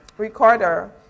recorder